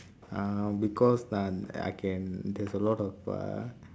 uh because uh I can there's a lot of uh